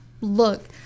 look